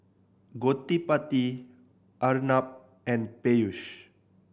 Gottipati Arnab and Peyush